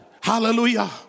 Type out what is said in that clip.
Hallelujah